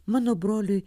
mano broliui